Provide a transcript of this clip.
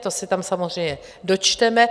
To se tam samozřejmě dočteme.